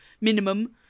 minimum